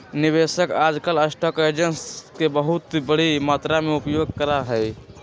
निवेशक आजकल stock exchange के बहुत बडी मात्रा में उपयोग करा हई